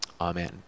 Amen